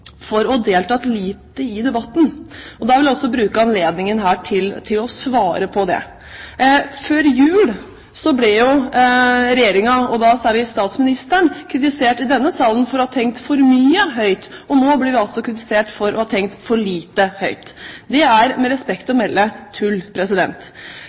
å ha deltatt for lite i debatten. Da vil jeg også bruke anledningen her til å svare på det. Før jul ble Regjeringen, og da særlig statsministeren, i denne salen kritisert for å ha tenkt for mye høyt. Og nå blir vi kritisert for å ha tenkt for lite høyt. Det er med respekt å